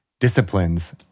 disciplines